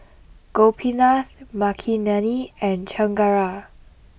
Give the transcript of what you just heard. Gopinath Makineni and Chengara